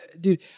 dude